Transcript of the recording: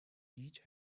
گیج